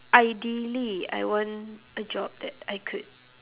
ideally I want a job that I could